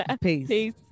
Peace